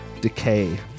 decay